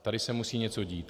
Tady se musí něco dít.